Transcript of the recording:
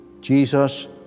Jesus